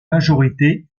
majorité